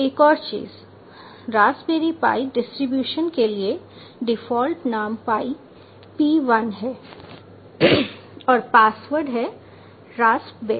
एक और चीज़ रास्पबेरी पाई डिस्ट्रीब्यूशन के लिए डिफ़ॉल्ट नाम पाई p I है और पासवर्ड रास्पबेरी है r a s p b e r r y